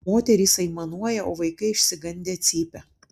moterys aimanuoja o vaikai išsigandę cypia